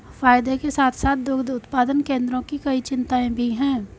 फायदे के साथ साथ दुग्ध उत्पादन केंद्रों की कई चिंताएं भी हैं